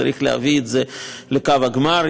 צריך להביא את זה לקו הגמר.